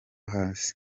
hasi